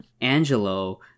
Angelo